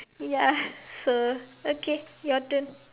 ya so okay your turn